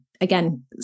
again